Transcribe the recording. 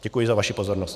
Děkuji za vaši pozornost.